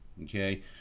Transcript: Okay